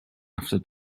after